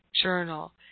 journal